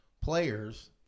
players